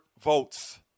votes